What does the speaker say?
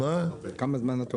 לכמה זמן?